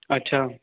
अच्छा